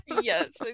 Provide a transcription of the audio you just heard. Yes